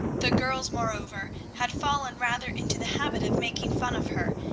the girls, moreover, had fallen rather into the habit of making fun of her,